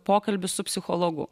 pokalbį su psichologu